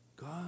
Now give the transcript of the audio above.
God